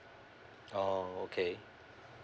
oh okay